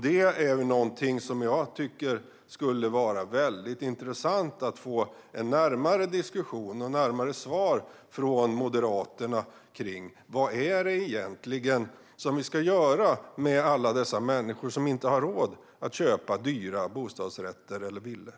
Det skulle vara väldigt intressant att få en närmare diskussion och ett närmare svar från Moderaterna om: Vad är det egentligen vi ska göra med alla dessa människor som inte har råd att köpa dyra bostadsrätter eller villor?